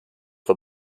the